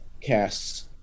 casts